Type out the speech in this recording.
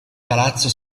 palazzo